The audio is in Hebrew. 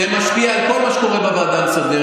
הקורונה, זה משפיע על כל מה שקורה בוועדה המסדרת.